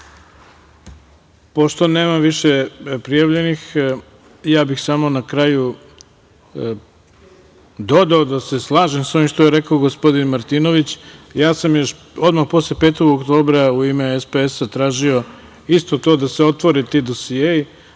nema više prijavljenih, ja bih samo na kraju dodao da se slažem sa ovim što je rekao gospodin Martinović. Ja sam još odmah posle 5. oktobra u ime SPS-a tražio isto to da se otvore ti dosijei,